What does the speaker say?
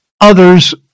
others